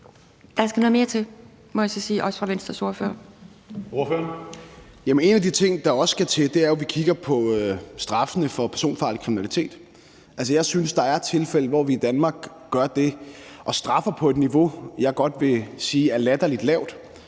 Ordføreren. Kl. 11:31 Morten Dahlin (V): Jamen en af de ting, der også skal til, er jo, at vi kigger på straffene for personfarlig kriminalitet. Altså, jeg synes, der er tilfælde, hvor vi i Danmark straffer på et niveau, jeg godt vil sige er latterlig lavt.